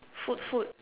food food